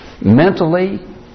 mentally